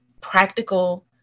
practical